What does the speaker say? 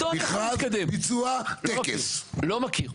לא מכיר.